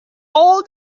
all